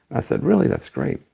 i said, really? that's great.